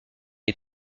est